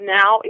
now